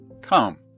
Come